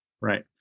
Right